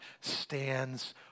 stands